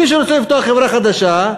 מי שרוצה לפתוח חברה חדשה,